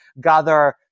gather